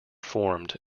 formed